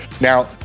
Now